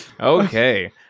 Okay